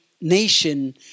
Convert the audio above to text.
nation